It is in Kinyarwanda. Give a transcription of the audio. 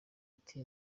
ati